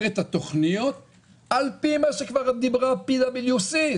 את התוכניות על פי מה שכבר דיברה PwC,